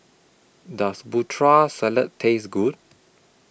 Does Putri Salad Taste Good